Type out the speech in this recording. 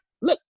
look